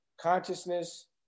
Consciousness